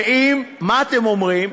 ומה אתם אומרים?